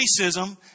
racism